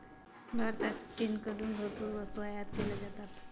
भारतात चीनकडून भरपूर वस्तू आयात केल्या जातात